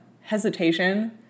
hesitation